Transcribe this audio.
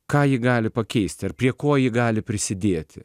ką ji gali pakeisti ar prie ko ji gali prisidėti